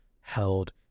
held